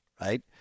right